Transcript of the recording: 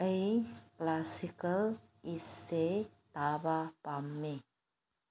ꯑꯩ ꯀ꯭ꯂꯥꯁꯤꯀꯦꯜ ꯏꯁꯩ ꯇꯥꯕ ꯄꯥꯝꯃꯤ